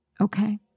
Okay